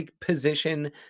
position